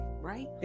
right